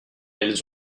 elles